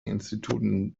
instituten